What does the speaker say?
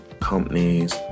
companies